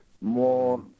more